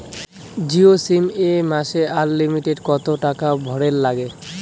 Jio sim এ মাসে unlimited কত টাকা ভরের নাগে?